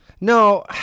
No